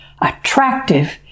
attractive